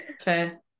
fair